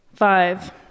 Five